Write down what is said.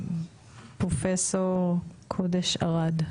פרופסור קודש ערד.